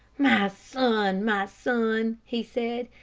my son, my son, he said,